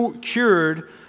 cured